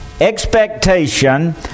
expectation